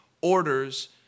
orders